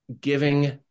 Giving